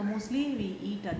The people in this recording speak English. mostly we eat at the